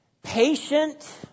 patient